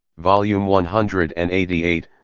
volume one hundred and eighty eight,